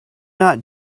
not